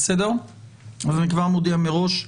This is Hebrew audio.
אני מודיע מראש.